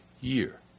year